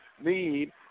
need